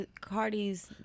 Cardi's